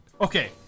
okay